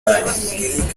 bamwe